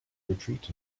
retreat